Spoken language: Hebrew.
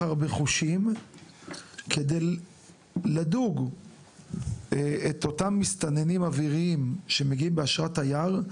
הרבה חושים כדי לדוג את אותם מסתננים אוויריים שמגיעים באשרת תייר,